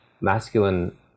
masculine